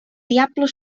diable